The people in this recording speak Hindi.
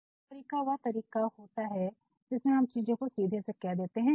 प्रत्यक्ष तरीका वह तरीका है जिसमें हम चीजों को सीधे से कह देते हैं